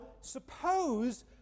suppose